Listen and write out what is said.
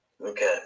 Okay